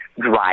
drive